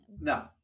No